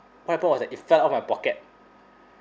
what happened was that it fell out of my pocket